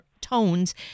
tones